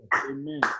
Amen